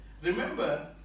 Remember